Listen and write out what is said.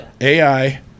AI